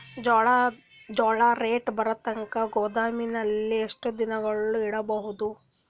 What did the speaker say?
ಜೋಳ ರೇಟು ಬರತಂಕ ಗೋದಾಮಿನಲ್ಲಿ ಎಷ್ಟು ದಿನಗಳು ಯಿಡಬಹುದು?